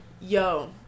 Yo